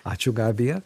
ačiū gabija